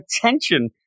attention